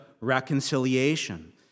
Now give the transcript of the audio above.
reconciliation